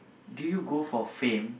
do you go for fame